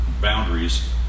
boundaries